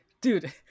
Dude